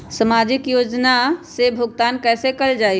सामाजिक योजना से भुगतान कैसे कयल जाई?